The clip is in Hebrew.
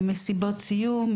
מסיבות סיום,